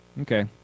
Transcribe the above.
Okay